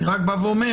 אני רק בא ואומר: